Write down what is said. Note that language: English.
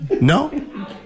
No